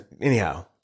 Anyhow